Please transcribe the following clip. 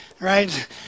right